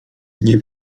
nie